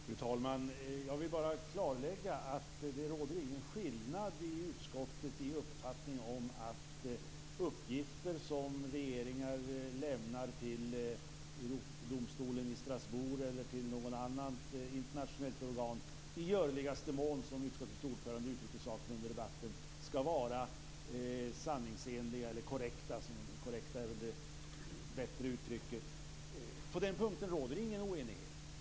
Fru talman! Jag vill bara klarlägga att det i utskottet inte råder någon skillnad i uppfattning i fråga om att uppgifter som regeringar lämnar till domstolen i Strasbourg eller till något annat internationellt organ i görligaste mån, som utskottets ordförande uttryckte saken under debatten, skall vara korrekta. På den punkter råder det ingen oenighet.